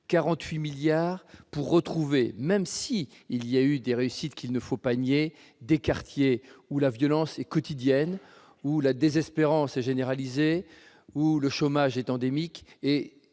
48 millions d'euros pour retrouver, même s'il y a eu des réussites qu'il ne faut pas nier, des quartiers où règne la violence au quotidien, où la désespérance est généralisée, où le chômage est endémique.